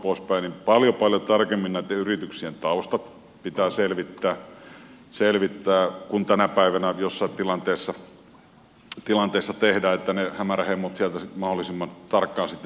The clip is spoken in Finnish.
paljon paljon tarkemmin näitten yrityksien taustat pitää selvittää kuin tänä päivänä jossain tilanteessa tehdään niin että ne hämärähemmot sieltä sitten mahdollisimman tarkkaan pystytään siivoamaan